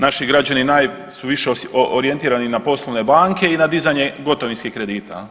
Naši građani najviše su orijentirani na poslovne banke i na dizanje gotovinskih kredita.